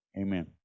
Amen